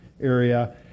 area